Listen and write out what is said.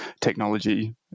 technology